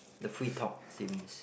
the free talk seems